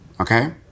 Okay